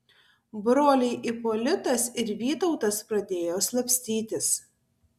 broliai ipolitas ir vytautas pradėjo slapstytis